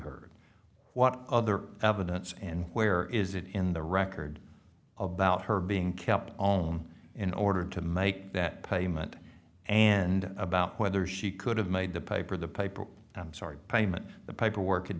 heard what other evidence and where is it in the record about her being kept on in order to make that payment and about whether she could have made the paper the paper i'm sorry i meant the paperwork